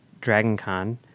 DragonCon